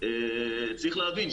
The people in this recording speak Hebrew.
צריך להבין,